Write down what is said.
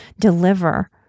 deliver